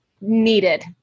needed